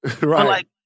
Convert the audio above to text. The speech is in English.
Right